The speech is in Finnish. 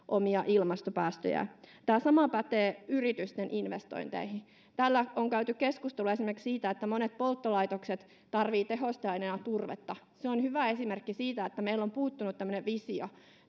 omia ilmastopäästöjään tämä sama pätee yritysten investointeihin täällä on käyty keskustelua esimerkiksi siitä että monet polttolaitokset tarvitsevat tehosteaineena turvetta se on hyvä esimerkki siitä että meiltä on puuttunut tämmöinen visio